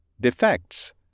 Defects